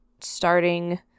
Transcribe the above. starting